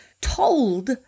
told